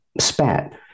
spat